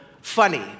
funny